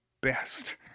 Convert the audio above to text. best